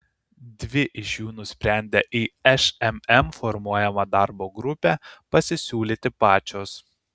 dvi iš jų nusprendė į šmm formuojamą darbo grupę pasisiūlyti pačios